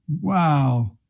Wow